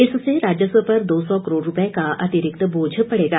इससे राजस्व पर दो सौ करोड़ रूपए का अतिरिक्त बोझ पड़ेगा